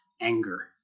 anger